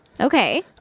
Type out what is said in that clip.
okay